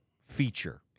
feature